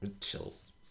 Chills